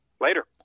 Later